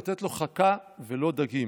לתת לו חכה ולא דגים.